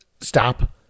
Stop